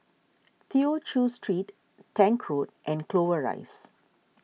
Tew Chew Street Tank Road and Clover Rise